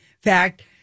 fact